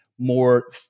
more